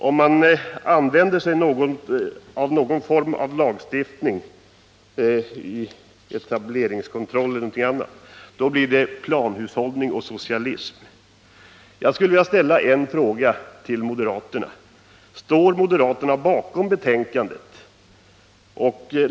Om man använder sig av någon form av lagstiftning — etableringskontroll eller någonting annat — blir det planhushållning och socialism. Jag skulle vilja ställa en fråga till moderaterna: Står moderaterna bakom betänkande 23?